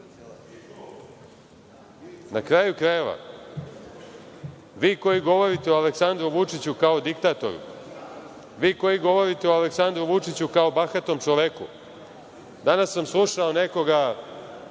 kraju krajeva, vi koji govorite o Aleksandru Vučiću kao diktatoru, vi koji govorite o Aleksandru Vučiću kao o bahatom čoveku, danas sam slušao jednog